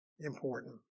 Important